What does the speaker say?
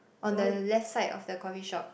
on the left side of the coffee shop